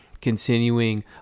continuing